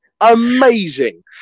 amazing